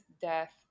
death